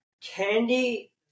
Candy